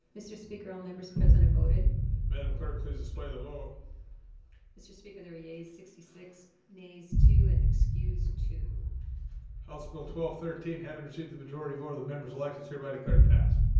mr. speaker all members present have voted madame clerk, please display the vote mr. speaker there he aged sixty six nays two and excused i'll spill twelve thirteen having received the majority vote of the members alexis hereby declare past